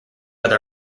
other